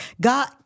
God